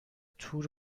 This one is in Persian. تور